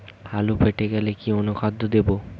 আলু ফেটে গেলে কি অনুখাদ্য দেবো?